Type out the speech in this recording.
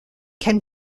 can